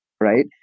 right